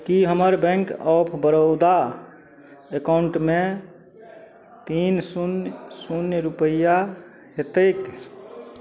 कि हमर bank of Baroda एकाउण्टमे तीन शून्य शून्य रुपैया हेतै